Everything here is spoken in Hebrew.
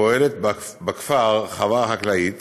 פועלת בכפר חווה חקלאית